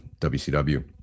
WCW